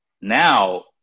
Now